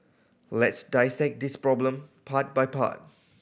let's dissect this problem part by part